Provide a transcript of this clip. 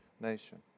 nation